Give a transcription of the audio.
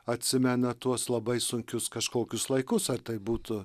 atsimena tuos labai sunkius kažkokius laikus ar tai būtų